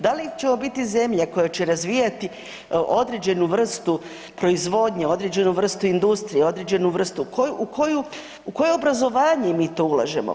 Da li ćemo biti zemlja koja će razvijati određenu vrstu proizvodnje, određenu vrstu industrije, određenu vrstu, u koje obrazovanje mi to ulažemo?